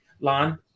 Lon